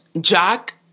jack